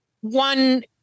one